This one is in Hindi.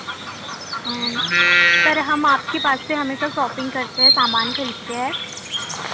सर हम आपके पास से हमेशा सॉपिंग करते हैं सामान खरीदते हैं